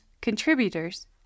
contributors